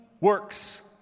works